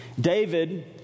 David